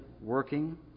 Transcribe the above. working